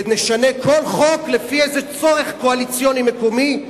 ונשנה כל חוק לפי איזה צורך קואליציוני מקומי,